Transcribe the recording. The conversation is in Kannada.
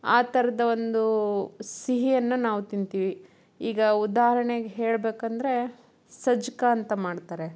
ಆ ಥರದ ಒಂದು ಸಿಹಿಯನ್ನು ನಾವು ತಿಂತೀವಿ ಈಗ ಉದಾಹರ್ಣೆಗೆ ಹೇಳಬೇಕಂದ್ರೆ ಸಜ್ಜಕ ಅಂತ ಮಾಡ್ತಾರೆ